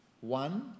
One